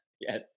yes